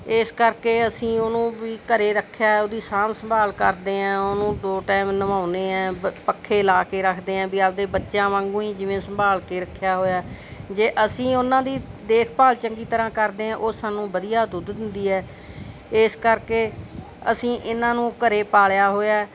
ਇਸ ਕਰਕੇ ਅਸੀਂ ਉਹਨੂੰ ਵੀ ਘਰੇ ਰੱਖਿਆ ਉਹਦੀ ਸਾਂਭ ਸੰਭਾਲ ਕਰਦੇ ਹਾਂ ਉਹਨੂੰ ਦੋ ਟਾਈਮ ਨਵਾਉਂਨੇ ਹੈ ਪ ਪੱਖੇ ਲਾ ਕੇ ਰੱਖਦੇ ਹਾਂ ਵੀ ਆਪਦੇ ਬੱਚਿਆਂ ਵਾਂਗੂੰ ਹੀ ਜਿਵੇਂ ਸੰਭਾਲ ਕੇ ਰੱਖਿਆ ਹੋਇਆ ਜੇ ਅਸੀਂ ਉਹਨਾਂ ਦੀ ਦੇਖਭਾਲ ਚੰਗੀ ਤਰ੍ਹਾਂ ਕਰਦੇ ਹਾਂ ਉਹ ਸਾਨੂੰ ਵਧੀਆ ਦੁੱਧ ਦਿੰਦੀ ਹੈ ਇਸ ਕਰਕੇ ਅਸੀਂ ਇਹਨਾਂ ਨੂੰ ਘਰੇ ਪਾਲਿਆ ਹੋਇਆ